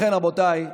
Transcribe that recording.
לכן, רבותיי,